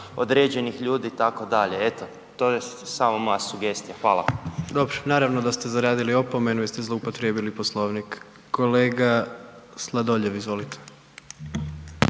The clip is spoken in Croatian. određenih ljudi, itd. Evo, to je samo moja sugestija, hvala. **Jandroković, Gordan (HDZ)** Dobro, naravno da ste zaradili opomenu jer ste zloupotrijebili Poslovnik. Kolega Sladoljev, izvolite.